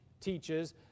teaches